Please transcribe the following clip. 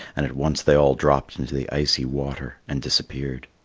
and at once they all dropped into the icy water and disappeared.